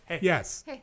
Yes